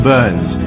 Burns